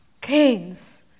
canes